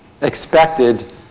expected